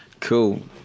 Cool